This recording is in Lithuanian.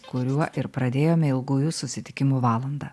kuriuo ir pradėjome ilgųjų susitikimų valandą